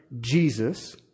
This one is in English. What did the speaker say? Jesus